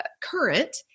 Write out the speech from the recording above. current